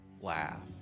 laugh